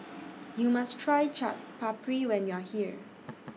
YOU must Try Chaat Papri when YOU Are here